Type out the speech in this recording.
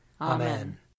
Amen